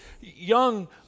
young